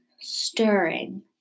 stirring